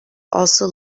also